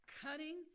cutting